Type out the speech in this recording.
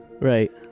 Right